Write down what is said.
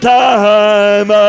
time